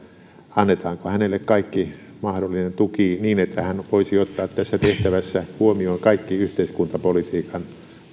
annetaanko hänelle kaikki mahdollinen tuki niin että hän voisi ottaa tässä tehtävässä huomioon kaikki yhteiskuntapolitiikan